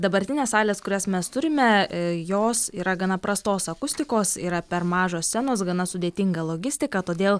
dabartinės salės kurias mes turime jos yra gana prastos akustikos yra per mažos scenos gana sudėtinga logistika todėl